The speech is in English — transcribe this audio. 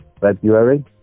February